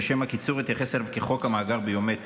שלשם הקיצור אתייחס אליו כחוק המאגר הביומטרי.